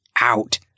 out